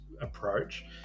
approach